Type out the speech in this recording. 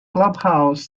clubhouse